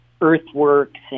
earthworks